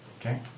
Okay